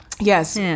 Yes